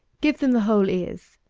give them the whole ears.